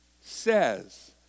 says